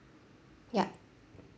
ya